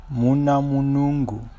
munamunungu